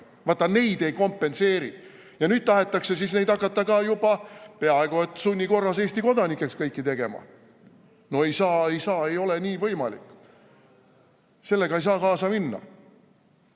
vaat neid see ei kompenseeri. Ja nüüd tahetakse hakata juba peaaegu et sunni korras Eesti kodanikeks kõiki tegema. No ei saa! Ei saa, ei ole nii võimalik! Sellega ei saa kaasa minna.